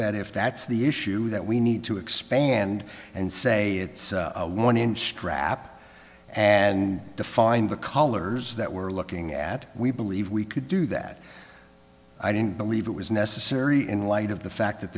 that if that's the issue that we need to expand and say it's one in strap and to find the collars that we're looking at we believe we could do that i didn't believe it was necessary in light of the fact that